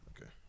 Okay